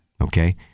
Okay